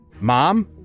mom